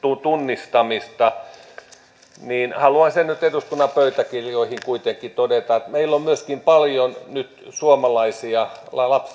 tunnistamista haluan sen nyt eduskunnan pöytäkirjoihin kuitenkin todeta että meillä on myöskin paljon nyt suomalaisia